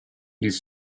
ils